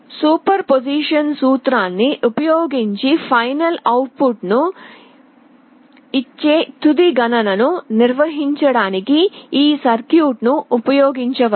superposition సూత్రాన్ని ఉపయోగించి final అవుట్పుట్ను ఇచ్చే తుది గణనను నిర్వహించడానికి ఈ సర్క్యూట్ను ఉపయోగించవచ్చు